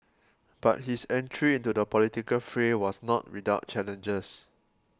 but his entry into the political fray was not without challenges